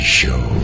show